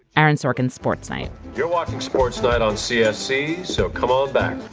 aaron sorkin's sports night you're watching sports night on csc, so come on back.